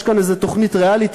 יש כאן איזו תוכנית ריאליטי